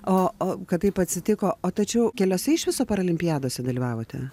o o kad taip atsitiko o tačiau keliuose iš viso paralimpiadoje dalyvavote